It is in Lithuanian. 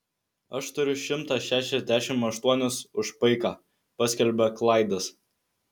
aš turiu šimtą šešiasdešimt aštuonis už paiką paskelbė klaidas